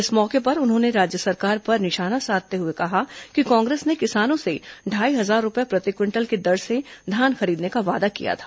इस मौके पर उन्होंने राज्य सरकार पर निशाना साधते हुए कहा कि कांग्रेस ने किसानों से ढाई हजार रूपये प्रति क्विंटल की दर से धान खरीदने का वादा किया था